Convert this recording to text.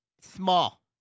small